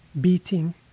beating